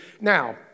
Now